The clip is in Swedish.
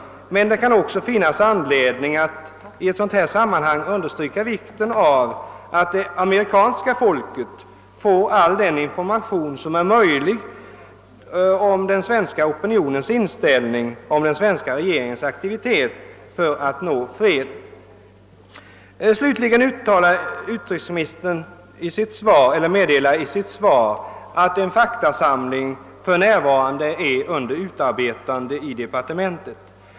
Men det kan också finnas anledning att understryka vikten av att amerikanska folket får all den information som är möjlig att ge om den svenska opinionen och den svenska regeringens aktivitet för att nå fred. Slutligen meddelar utrikesministern i sitt svar att en faktasamling för närvarande är under utarbetande i departementet.